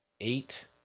eight